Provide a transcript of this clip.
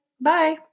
Bye